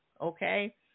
okay